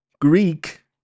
Greek